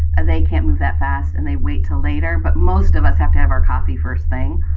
they can't move that fast. and they wait till later. but most of us have to have our coffee first thing.